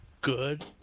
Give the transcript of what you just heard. good